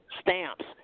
stamps